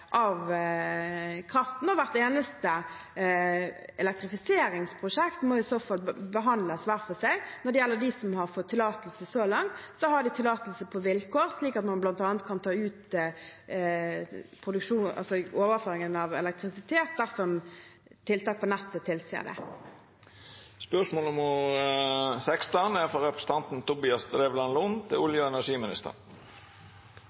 kraften. Hvert eneste elektrifiseringsprosjekt må i så fall behandles hver for seg. Når det gjelder de som har fått tillatelse så langt, har de tillatelse på vilkår, slik at man bl.a. kan ta ut overføringen av elektrisitet dersom tiltak på nettet tilsier det.